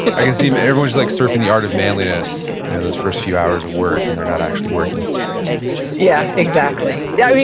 i can see everyone is just like surfing the art of manliness you know those first few hours of work, and they're not actually working yeah, exactly, yeah,